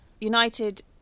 United